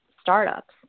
startups